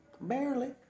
barely